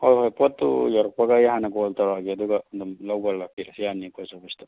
ꯍꯣꯏ ꯍꯣꯏ ꯄꯣꯠꯇꯨ ꯌꯧꯔꯛꯄꯒ ꯑꯩ ꯍꯥꯟꯅ ꯀꯣꯜ ꯇꯧꯔꯛꯑꯒꯦ ꯑꯗꯨꯒ ꯑꯗꯨꯝ ꯂꯧꯕ ꯂꯥꯛꯄꯤꯔꯁꯨ ꯌꯥꯅꯤ ꯄꯣꯁ ꯑꯣꯐꯤꯁꯇ